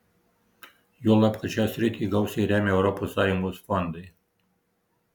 juolab kad šią sritį gausiai remia europos sąjungos fondai